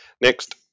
Next